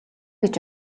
гэж